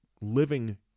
living